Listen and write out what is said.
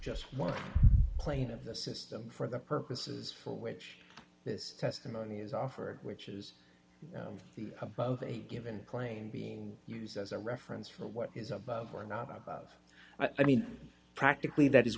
just one plane of the system for the purposes for which this testimony is offered which is the above a given plane being used as a reference for what is above or not i mean practically that is